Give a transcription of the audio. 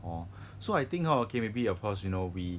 hor so I think hor okay maybe of course you know we